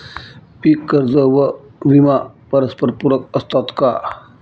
पीक कर्ज व विमा परस्परपूरक असतात का?